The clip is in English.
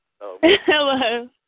Hello